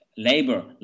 Labor